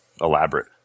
elaborate